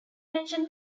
mention